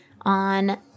on